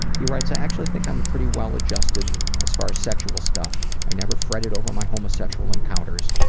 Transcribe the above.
he writes i actually think i'm pretty well adjusted as far as sexual stuff. i never fretted over my homosexual encounters,